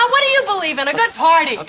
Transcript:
but what do you believe in a good party?